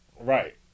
Right